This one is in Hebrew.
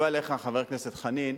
חבר הכנסת חנין,